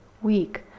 weak